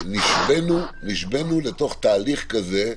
נשבינו לתוך תהליך כזה,